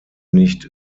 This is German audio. nicht